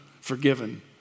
forgiven